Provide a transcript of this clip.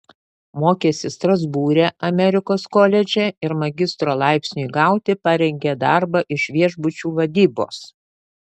mokėsi strasbūre amerikos koledže ir magistro laipsniui gauti parengė darbą iš viešbučių vadybos